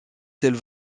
seuls